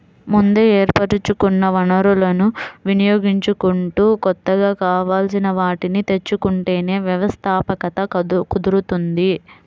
ముందే ఏర్పరచుకున్న వనరులను వినియోగించుకుంటూ కొత్తగా కావాల్సిన వాటిని తెచ్చుకుంటేనే వ్యవస్థాపకత కుదురుతుంది